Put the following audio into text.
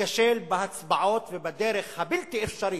להיכשל בהצבעות ובדרך הבלתי-אפשרית,